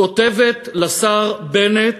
כותבת לשר בנט